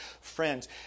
Friends